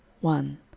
one